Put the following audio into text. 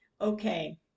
okay